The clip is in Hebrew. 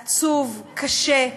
עצוב, קשה.